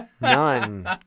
None